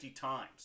times